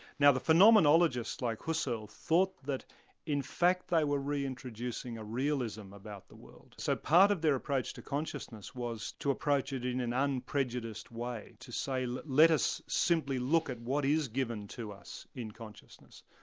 now the phenomenonologists like husserl, thought that in fact they were reintroducing a realism about the world. so part of their approach to consciousness was to approach it in an unprejudiced way, to say, let let us simply look at what is given to us in consciousness.